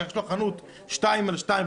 שיש לו חנות שתיים על שתיים,